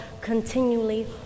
continually